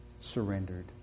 surrendered